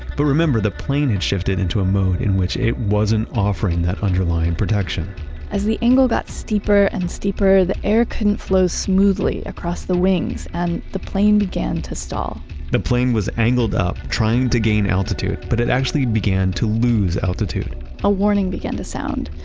but remember the plane has shifted into a mode in which it wasn't offering that underlying protection as the angle got steeper and steeper, the air couldn't flow smoothly across the wings and the plane began to stall the plane was angled up trying to gain altitude, but it actually began to lose altitude a warning began to sound.